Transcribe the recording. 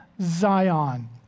Zion